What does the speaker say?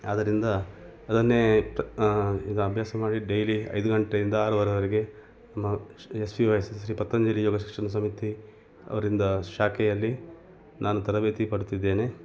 ಆದರಿಂದ ಅದನ್ನೇ ಪ್ರ್ ಇದು ಅಭ್ಯಾಸ ಮಾಡಿ ಡೈಲಿ ಐದು ಗಂಟೆಯಿಂದ ಆರುವರೆವರೆಗೆ ಮ S P Y S S Shri Patanjali Yoga Shikshana Samiti ಅವರಿಂದ ಶಾಖೆಯಲ್ಲಿ ನಾನು ತರಬೇತಿ ಪಡೆಯುತ್ತಿದ್ದೇನೆ